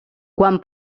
quan